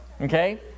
Okay